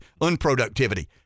unproductivity